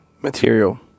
Material